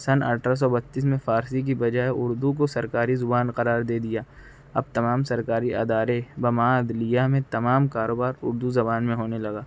سن اٹھرہ سو بتیس میں فارسی کی بجائے اردو کو سرکاری زبان قرار دے دیا اب تمام سرکاری ادارے بہ مع عدلیہ میں تمام کاروبار اردو زبان میں ہونے لگا